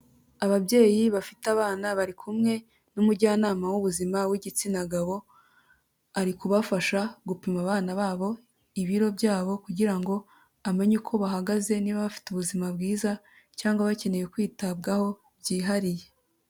Ababyeyi bafite abana bari kumwe n'umujyanama w'ubuzima w'igitsina gabo, ari kubafasha gupima abana babo ibiro byabo kugira ngo amenye uko bahagaze niba bafite ubuzima bwiza cyangwa bakeneye kwitabwaho byihariye.